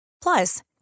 Plus